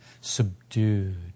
subdued